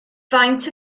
faint